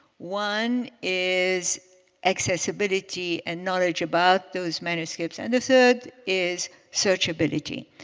one is accessibility and knowledge about those manuscripts. and the third is searchability.